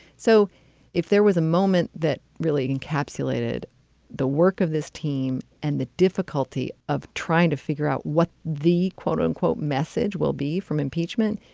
so if there was a moment that really encapsulated the work of this team and the difficulty of trying to figure out what the quote unquote message will be from impeachment,